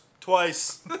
Twice